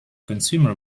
consumer